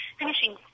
finishing